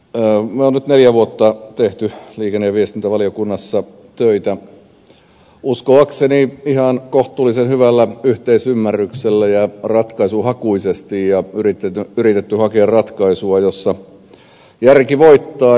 me olemme nyt neljä vuotta tehneet liikenne ja viestintävaliokunnassa töitä uskoakseni ihan kohtuullisen hyvällä yhteisymmärryksellä ja ratkaisuhakuisesti ja yrittäneet hakea ratkaisua jossa järki voittaa